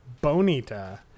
Bonita